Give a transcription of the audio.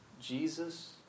Jesus